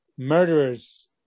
murderers